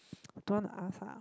don't want to ask ah